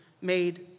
made